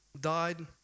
died